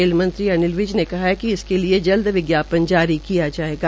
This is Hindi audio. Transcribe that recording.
खेल मंत्री अनिल विज ने कहा कि इसके लिए जल्द विज्ञापन जारी किया जाएगा